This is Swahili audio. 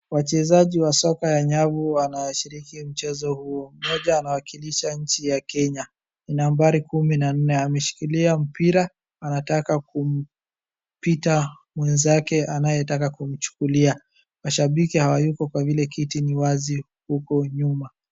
Wachezaji wa soka ya nyavu wanashiriki mchezo huo. Mmoja anawakilisha nchi ya Kenya, ni nambari kumi na nne. Ameshikilia mpira anataka kumpita mwenzake anayetaka kumchukulia. Mashabiki hawayuko kwa vile kiti ni wazi huku nyuma.